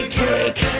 cake